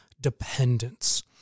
dependence